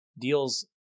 deals